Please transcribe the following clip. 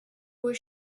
was